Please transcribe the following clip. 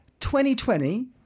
2020